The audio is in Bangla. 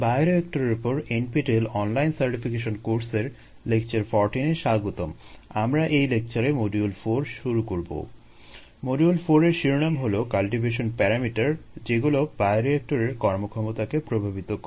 মডিউল 4 এর শিরোনাম হলো কাল্টিভেশন প্যারামিটার যেগুলো বায়োরিয়েক্টরের কর্মক্ষমতাকে প্রভাবিত করে